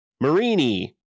Marini